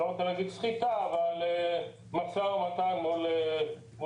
לא רוצה להגיד סחיטה, אבל משא ומתן מול החברות.